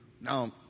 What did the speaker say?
Now